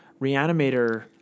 reanimator